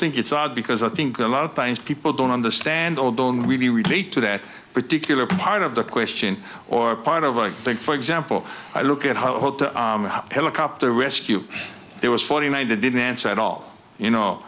think it's odd because i think a lot of times people don't understand or don't really relate to that particular part of the question or part of i think for example i look at how helicopter rescue there was forty nine they didn't answer at all you know